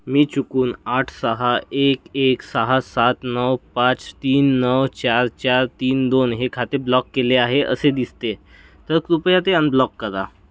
मी चुकून आठ सहा एक एक सहा सात नऊ पाच तीन नऊ चार चार तीन दोन हे खाते ब्लॉक केले आहे असे दिसते तर कृपया ते अनब्लॉक करा